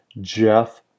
Jeff